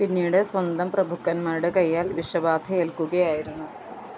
പിന്നീട് സ്വന്തം പ്രഭുക്കന്മാരുടെ കയ്യാൽ വിഷബാധയേൽക്കുകയായിരുന്നു